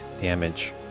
damage